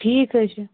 ٹھیٖک حظ چھِ